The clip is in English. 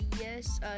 yes